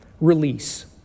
release